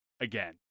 again